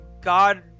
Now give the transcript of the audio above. god